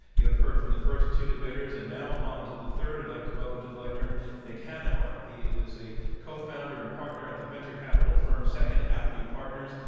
you have heard from the first two debaters, and now on to the third. i'd like to welcome to the lectern nick hanauer. he is a cofounder and partner at the venture capital firm, second avenue partners,